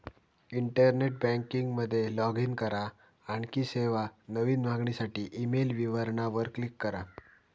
internet banking मध्ये log in करा, आणखी सेवा, नवीन मागणीसाठी ईमेल विवरणा वर क्लिक करा